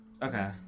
Okay